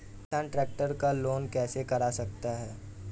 किसान ट्रैक्टर का लोन कैसे करा सकता है?